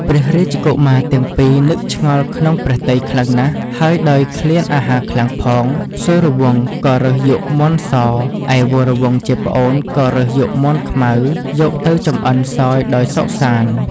ព្រះរាជ កុមារទាំងពីរ នឹកឆ្ងល់ក្នុងព្រះទ័យខ្លាំងណាស់ហើយដោយឃ្លានអាហារខ្លាំងពេលផង សូរវង្សក៏រើសយកមាន់ស ឯវរវង្សជាប្អូនក៏រើសយកមាន់ខ្មៅយកទៅចម្អិនសោយដោយសុខសាន្ត ។